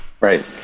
Right